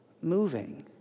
moving